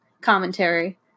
commentary